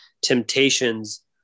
temptations